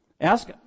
Ask